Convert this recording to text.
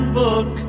book